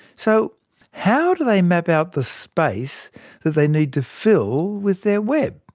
so how do they map out the space they need to fill with their web?